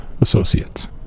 associates